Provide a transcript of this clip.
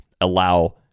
allow